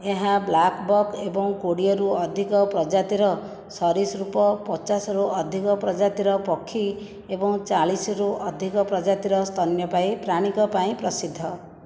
ଏହା ବ୍ଲାକ୍ବକ୍ ଏବଂ କୋଡ଼ିଏରୁ ଅଧିକ ପ୍ରଜାତିର ସରୀସୃପ ପଚାଶରୁ ଅଧିକ ପ୍ରଜାତିର ପକ୍ଷୀ ଏବଂ ଚାଳିଶରୁ ଅଧିକ ପ୍ରଜାତିର ସ୍ତନ୍ୟପାୟୀ ପ୍ରାଣୀଙ୍କ ପାଇଁ ପ୍ରସିଦ୍ଧ